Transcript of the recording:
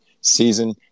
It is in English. season